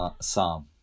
psalm